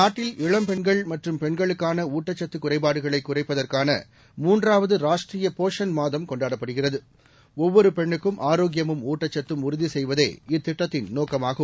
நாட்டில் இளம் பெண்கள் மற்றும் பெண்களுக்கானஊடடச்சத்துகுறைபாடுகளைகுறைப்பதற்கான மூன்றாவது ராஷ்ட்ரியபோஷான் மாதம் கொண்டாடப்படுகிறது ஒவ்வொருபெண்ணுக்கும் ஆரோக்கியமும் ஊட்டச்சத்தும் உறுதிசெய்வதே இத்திட்டத்தின் நோக்கமாகும்